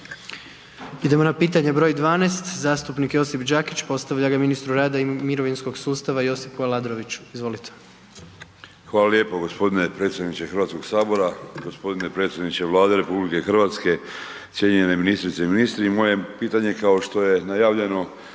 Idemo na pitanje br. 12. Zastupnik Josip Đakić postavlja ga ministru rada i mirovinskog sustava Josipu Aladroviću. Izvolite. **Đakić, Josip (HDZ)** Hvala lijepo g. predsjedniče HS-a. G. predsjedniče Vlade RH, cijenjene ministrice i ministri. Moje pitanje, kao što je najavljeno,